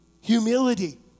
Humility